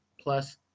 plus